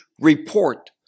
report